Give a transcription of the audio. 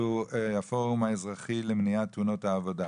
שהוא הפורם האזרחי למניעת תאונות העבודה,